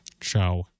ciao